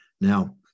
Now